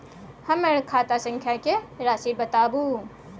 हमर खाता संख्या के राशि बताउ